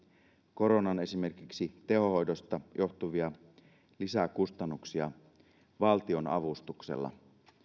koronan esimerkiksi tehohoidosta johtuvia lisäkustannuksia valtionavustuksella